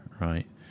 right